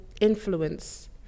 influence